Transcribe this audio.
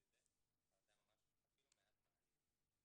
הדברים האלה אבל זה היה אפילו מעט מעליב.